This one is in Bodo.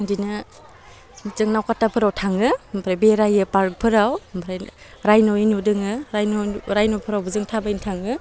बिदिनो जों नावकाटाफ्राव थाङो ओमफ्राय बेरायो पार्कफोराव ओमफ्राय रायन' दङ रायन' रायन'फ्रावबो जों थाबायनो थाङो